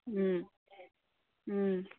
ꯎꯝ ꯎꯝ